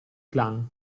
clan